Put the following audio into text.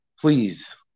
please